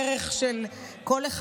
הערך של כל אחד